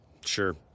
Sure